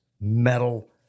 metal